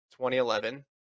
2011